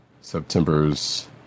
September's